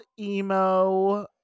emo